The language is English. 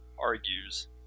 argues